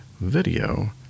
video